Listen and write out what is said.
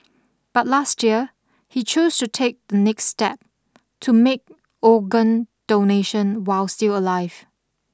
but last year he chose to take the next step to make organ donation while still alive